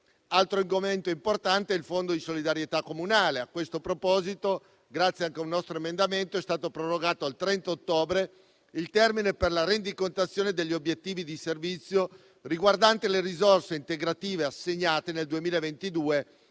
Altro argomento importante è il fondo di solidarietà comunale. A questo proposito, grazie anche a un nostro emendamento, è stato prorogato al 30 ottobre il termine per la rendicontazione degli obiettivi di servizio riguardante le risorse integrative assegnate nel 2022,